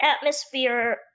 atmosphere